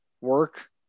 work